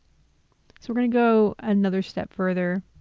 we're going to go another step further,